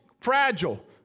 fragile